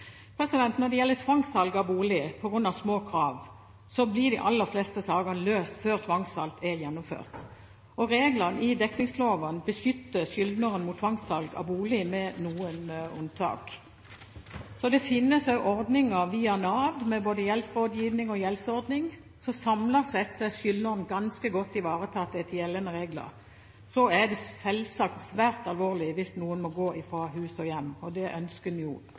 Når det gjelder tvangssalg av bolig på bakgrunn av små krav, blir de aller fleste sakene løst før tvangssalg er gjennomført. Reglene i dekningsloven beskytter skyldneren mot tvangssalg av boligen, med noen unntak. Det finnes også ordninger via Nav, både gjeldsrådgivning og gjeldsordning, så samlet sett er skyldneren ganske godt ivaretatt etter gjeldende regler. Så er det selvsagt svært alvorlig hvis noen må gå fra hus og hjem – det ønsker en jo